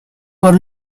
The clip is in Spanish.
por